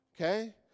Okay